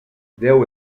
déu